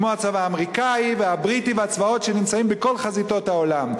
כמו הצבא האמריקני והבריטי והצבאות שנמצאים בכל חזיתות העולם.